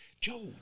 Joe